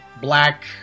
black